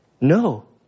no